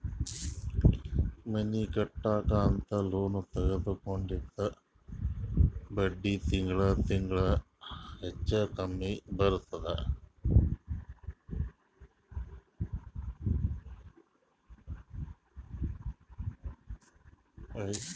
ಮನಿ ಕಟ್ಲಕ್ ಅಂತ್ ಲೋನ್ ತಗೊಂಡಿದ್ದ ಬಡ್ಡಿ ತಿಂಗಳಾ ತಿಂಗಳಾ ಹೆಚ್ಚು ಕಮ್ಮಿ ಬರ್ತುದ್